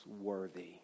worthy